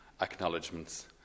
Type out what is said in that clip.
acknowledgements